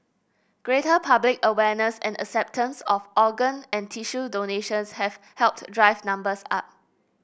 greater public awareness and acceptance of organ and tissue donations have helped drive numbers up